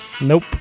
Nope